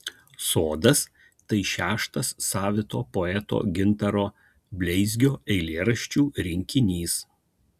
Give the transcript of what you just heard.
sodas tai šeštas savito poeto gintaro bleizgio eilėraščių rinkinys